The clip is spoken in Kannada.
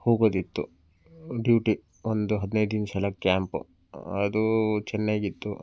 ಹೋಗೋದಿತ್ತು ಡ್ಯೂಟಿ ಒಂದು ಹದ್ನೈದು ದಿನ ಸಲ ಕ್ಯಾಂಪ್ ಅದು ಚೆನ್ನಾಗಿತ್ತು